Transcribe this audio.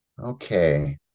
Okay